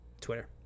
twitter